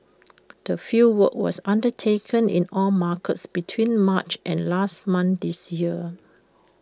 the fieldwork was undertaken in all markets between March and last month this year